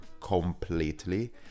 completely